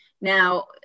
Now